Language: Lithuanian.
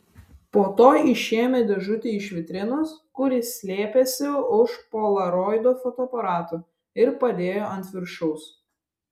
po to išėmė dėžutę iš vitrinos kur ji slėpėsi už polaroido fotoaparato ir padėjo ant viršaus